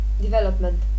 development